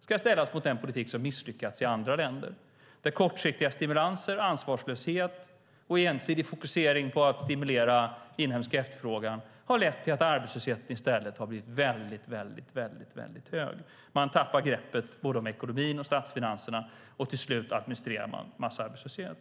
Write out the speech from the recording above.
ska ställas mot den politik som misslyckats i andra länder där kortsiktiga stimulanser, ansvarslöshet och en ensidig fokusering på att stimulera inhemsk efterfrågan har lett till att arbetslösheten i stället blivit väldigt hög. Man tappar greppet om både ekonomin och statsfinanserna. Till slut administrerar man massarbetslöshet.